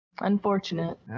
Unfortunate